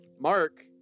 Mark